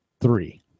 Three